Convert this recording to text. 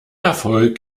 erfolg